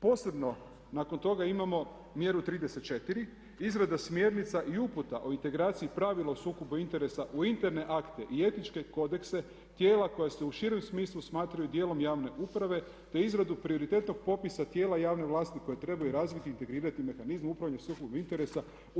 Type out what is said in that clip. Posebno nakon toga imamo mjeru 34. izrada smjernica i uputa o integraciji pravilo o sukobu interesa u interne akte i etičke kodekse tijela koja se u širem smislu smatraju dijelom javne uprave te izradu prioritetnog popisa tijela javne vlasti koje trebaju razviti i integrirati mehanizme o upravljanju u sukobu interesa u